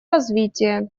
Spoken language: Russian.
развитие